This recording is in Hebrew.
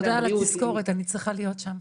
תודה על התזכורת, אני צריכה להיות שם.